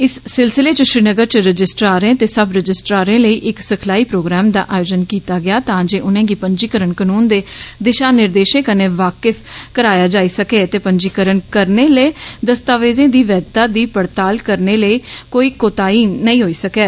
इस सिलसिले च श्रीनगर च रजिस्ट्रारें ते सब रजिस्ट्रॉरें लेई इक सिखलाई प्रोग्राम दा आयोजन कीता गेआ ता जे उनेंगी पंजीकरण कनून दे दिशा निर्देशो कन्नै वाकिफ कराया जाई सकै ते पंजीकरण करदे लै दस्तावेजें दी बैघता दी पड़ताल करने लै कोई कोताही नेई होई सकै